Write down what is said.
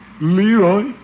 Leroy